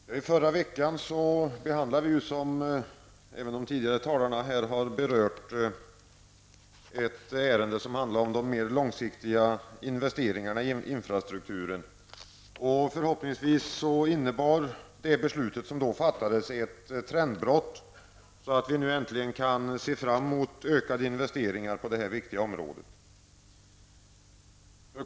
Herr talman! I förra veckan behandlade vi, som även de tidigare talarna här har berört, ett ärende som handlade om de mer långsiktiga investeringarna i infrastrukturen. Förhoppningsvis innebar det beslut som då fattades ett trendbrott, så att vi nu äntligen kan se fram emot ökade investeringar på detta viktiga område.